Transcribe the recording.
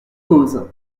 cause